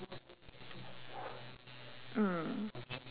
mm